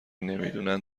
نمیدونن